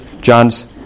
John's